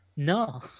No